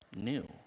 new